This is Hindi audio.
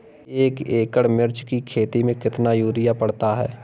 एक एकड़ मिर्च की खेती में कितना यूरिया पड़ता है?